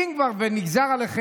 תיזהר.